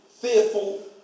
fearful